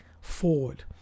forward